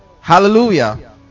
Hallelujah